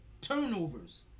turnovers